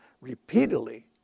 repeatedly